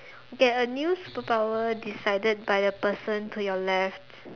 get a new superpower decided by the person to your left